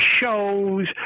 shows